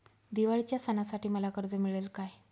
दिवाळीच्या सणासाठी मला कर्ज मिळेल काय?